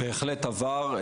בהחלט עבר.